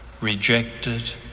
rejected